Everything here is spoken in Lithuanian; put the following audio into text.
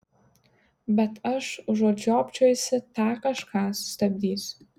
bet aš užuot žiopsojusi tą kažką sustabdysiu